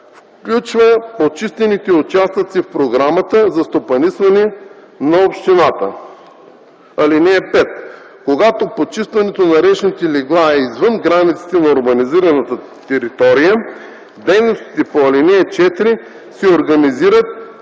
включва почистените участъци в програмата за стопанисване на общината. (5) Когато почистването на речните легла е извън границите на урбанизирана територия, дейностите по ал. 4 се организират